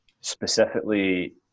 specifically